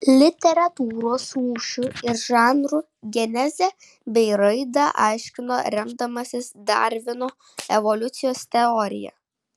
literatūros rūšių ir žanrų genezę bei raidą aiškino remdamasis darvino evoliucijos teorija